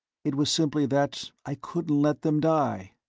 it was simply that i couldn't let them die.